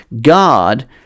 God